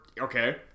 Okay